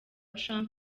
trump